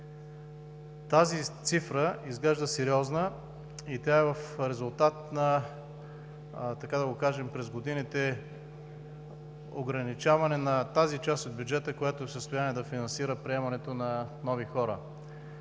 Тази цифра изглежда сериозна и тя е в резултат на ограничаване на тази част от бюджета, която е в състояние да финансира приемането на нови хора.